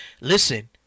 listen